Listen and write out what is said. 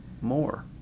more